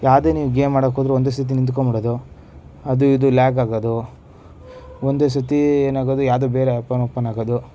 ಯಾವುದೇ ನೀವು ಗೇಮ್ ಆಡೋಕ್ಕೋದ್ರೂ ಒಂದೇ ಸತಿ ನಿಂತ್ಕೊಂಬಿಡೋದು ಅದು ಇದು ಲ್ಯಾಗ್ ಆಗೋದು ಒಂದೇ ಸತಿ ಏನಾಗೋದು ಯಾವುದೋ ಬೇರೆ ಆ್ಯಪನ್ ಓಪನ್ ಆಗೋದು